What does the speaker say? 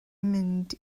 mynd